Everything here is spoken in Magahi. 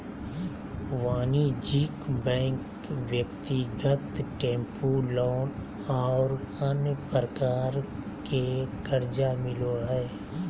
वाणिज्यिक बैंक ब्यक्तिगत टेम्पू लोन और अन्य प्रकार के कर्जा मिलो हइ